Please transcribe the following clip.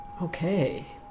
Okay